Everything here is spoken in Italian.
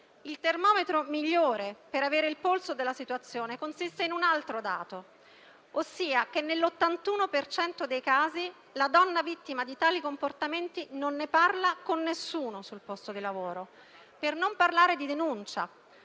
il termometro migliore per avere il polso della situazione consiste in un altro dato, ossia che, nell'81 per cento dei casi, la donna vittima di tali comportamenti non ne parla con nessuno sul posto di lavoro. Per non parlare delle denunce: